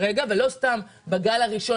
לא סתם בגלים הראשונים